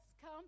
come